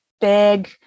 big